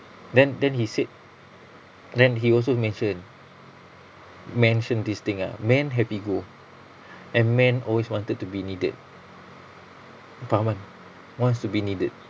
then then he said then he also mentioned mentioned this thing ah men have ego and men always wanted to be needed faham kan wants to be needed